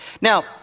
Now